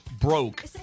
broke